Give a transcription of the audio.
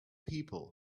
people